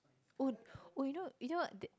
oh oh you know you know that